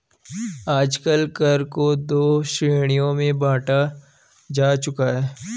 आजकल कर को दो श्रेणियों में बांटा जा चुका है